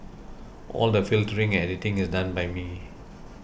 all the filtering and editing is done by me